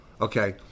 Okay